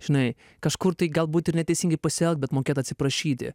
žinai kažkur tai galbūt ir neteisingai pasielgt bet mokėt atsiprašyti